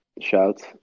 shouts